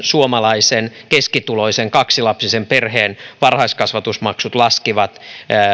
suomalaisen keskituloisen kaksilapsisen perheen varhaiskasvatusmaksut laskivat